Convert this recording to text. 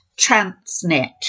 Transnet